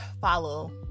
follow